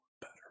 better